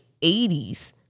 80s